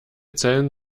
zellen